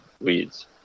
weeds